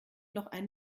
noch